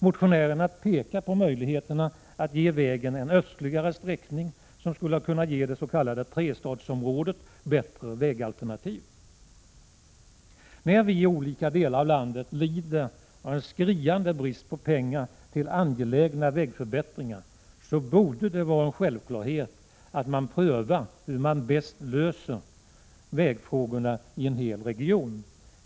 Motionärerna pekar på möjligheterna att ge vägen en östligare sträckning, som skulle kunna ge det s.k. Trestadsområdet bättre vägalternativ. Eftersom det i olika delar av landet råder en skriande brist på pengar till angelägna vägförbättringar, borde det vara en självklarhet att man prövar hur man bäst löser vägfrågorna i en hel region.